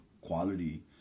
quality